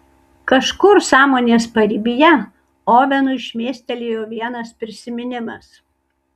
kažkur sąmonės paribyje ovenui šmėstelėjo vienas prisiminimas